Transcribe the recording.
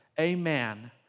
Amen